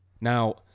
Now